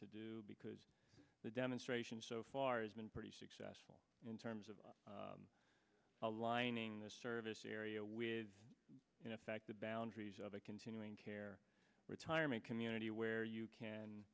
to do because the demonstration so far has been pretty successful in terms of aligning the service area with in effect the boundaries of a continuing care retirement community where you can